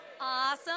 Awesome